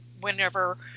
whenever